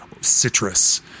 citrus